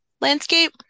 landscape